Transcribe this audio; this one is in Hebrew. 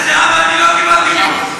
זהבה, אני לא קיבלתי חיבוק,